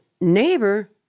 neighbor